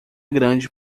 grande